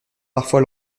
parfois